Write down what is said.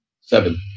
Seven